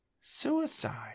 suicide